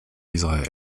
israël